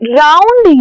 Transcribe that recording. round